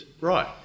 Right